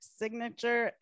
signature